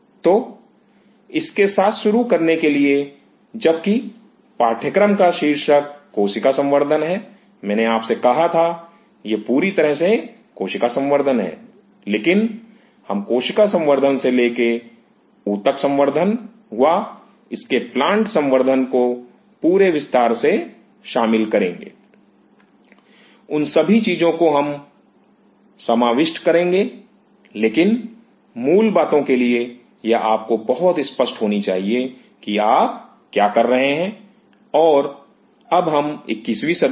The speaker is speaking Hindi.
तो इसके साथ शुरू करने के लिए जबकि पाठ्यक्रम का शीर्षक कोशिका संवर्धन है मैंने आपसे कहा था यह पूरी तरह से कोशिका संवर्धन है लेकिन हम कोशिका संवर्धन से लेकर के ऊतक संवर्धन व इसके प्लांट संवर्धन तक को पूरे विस्तार से शामिल करेंगे उन सभी चीजों को जो हम समाविष्ट करेंगे लेकिन मूल बातों के लिए यह आपको बहुत स्पष्ट होनी चाहिए कि आप क्या कर रहे हैं और अब हम 21 वीं सदी में हैं